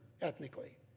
ethnically